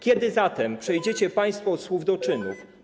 Kiedy zatem przejdziecie państwo od słów do czynów?